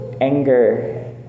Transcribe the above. Anger